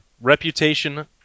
reputation